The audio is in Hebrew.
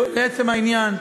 לעצם העניין,